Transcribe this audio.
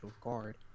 guard